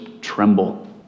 tremble